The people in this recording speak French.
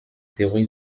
théorie